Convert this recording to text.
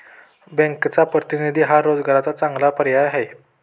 बँकचा प्रतिनिधी हा रोजगाराचा चांगला पर्याय आहे